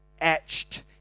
etched